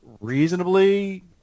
reasonably